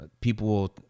people